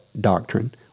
doctrine